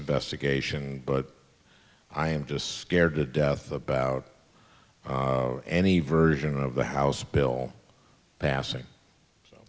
investigation but i am just scared to death about any version of the house bill passing